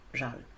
żal